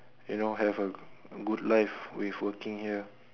you know have a good life with working here